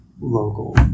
local